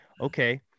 Okay